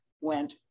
went